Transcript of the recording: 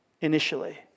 initially